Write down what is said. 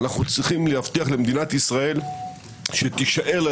אנחנו צריכים להבטיח למדינת ישראל שתישאר לה